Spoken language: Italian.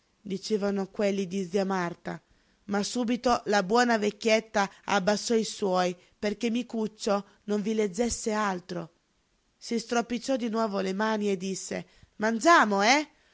dicevano quelli di zia marta ma subito la buona vecchietta abbassò i suoi perché micuccio non vi leggesse altro si stropicciò di nuovo le mani e disse mangiamo eh